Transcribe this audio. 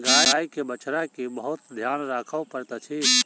गाय के बछड़ा के बहुत ध्यान राखअ पड़ैत अछि